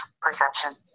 perception